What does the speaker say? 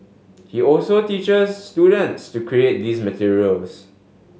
he also teachers students to create these materials